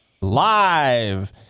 live